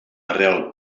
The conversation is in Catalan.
arrel